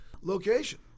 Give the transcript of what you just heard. location